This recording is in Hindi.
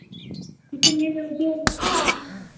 कितने लोगे